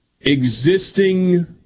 existing